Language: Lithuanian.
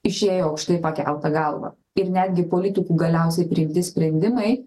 išėjo aukštai pakelta galva ir netgi politikų galiausiai priimti sprendimai